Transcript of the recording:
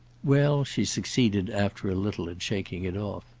well, she succeeded after a little in shaking it off.